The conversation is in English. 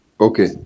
okay